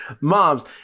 moms